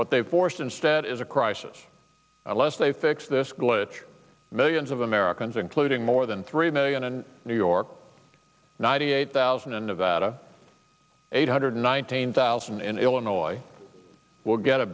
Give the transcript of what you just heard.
what they've forced instead is a crisis they fix this glitch millions of americans including more than three million and new york ninety eight thousand and of that eight hundred nineteen thousand in illinois will get a